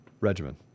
regimen